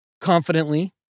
confidently